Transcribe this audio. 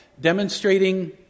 demonstrating